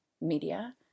media